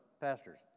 pastors